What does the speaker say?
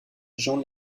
jean